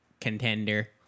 Contender